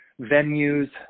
venues